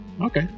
Okay